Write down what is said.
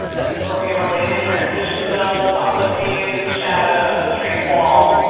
and there'll be related transition zone, public views, shadow street wall.